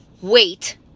wait